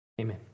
Amen